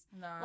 No